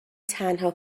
تنها